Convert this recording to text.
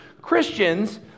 Christians